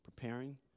Preparing